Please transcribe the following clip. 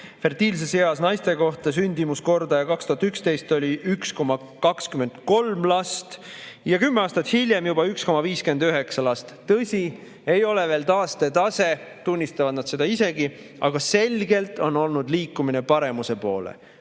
Fertiilses eas naiste kohta oli 2011 sündimuskordaja 1,23 last ja kümme aastat hiljem juba 1,59 last. Tõsi, ei ole veel taastetase, seda tunnistavad nad isegi, aga selgelt on olnud liikumine paremuse poole.